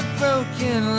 broken